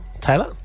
Taylor